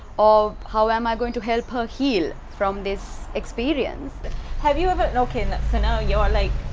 um how am i going to help her heal from this experience have you ever, okay, so, now your like.